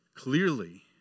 Clearly